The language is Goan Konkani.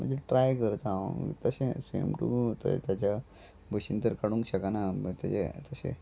म्हणजे ट्राय करता हांव तशें सेम टू ताच्या भशेन तर काडूंक शकना तेजे तशें